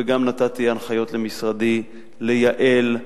ונתתי גם הנחיות למשרדי לייעל,